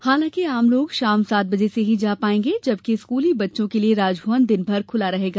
हालांकि आम लोग शाम सात बजे से ही जा पायेंगे जबकि स्कूली बच्चों के लिये राजभवनर दिनभर खुला रहेगा